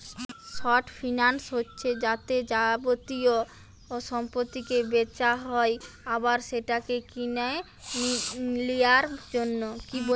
short finance হচ্ছে যাতে যাবতীয় সম্পত্তিকে বেচা হয় আবার সেটাকে কিনে লিয়ার জন্যে